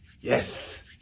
yes